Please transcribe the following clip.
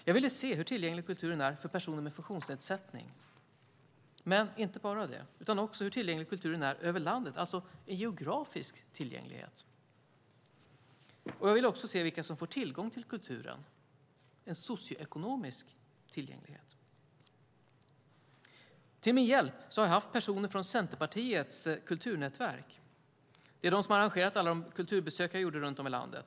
Jag ville se hur tillgänglig kulturen är för personer med funktionsnedsättning, men inte bara det, utan också hur tillgänglig kulturen är över landet, alltså geografisk tillgänglighet. Jag ville också se vilka som får tillgång till kulturen - en socioekonomisk tillgänglighet. Till min hjälp har jag haft personer från Centerpartiets kulturnätverk. Det är de som har arrangerat alla kulturbesök jag gjort runt om i landet.